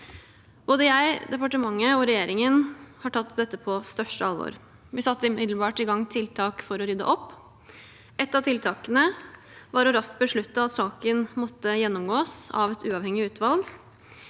Både jeg, departementet og regjeringen har tatt dette på største alvor. Vi satte umiddelbart i gang tiltak for å rydde opp. Ett av tiltakene var å raskt beslutte at saken måtte gjennomgås av et uavhengig utvalg.